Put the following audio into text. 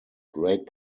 great